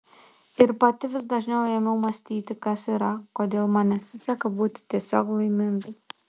ir pati vis dažniau ėmiau mąstyti kas yra kodėl man nesiseka būti tiesiog laimingai